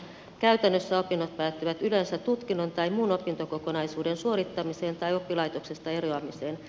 käytännössä opinnot päättyvät yleensä tutkinnon tai muun opintokokonaisuuden suorittamiseen tai oppilaitoksesta eroamiseen